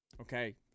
Okay